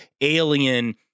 alien